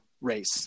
race